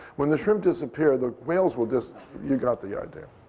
when the shrimp disappear, the whales will dis you got the idea.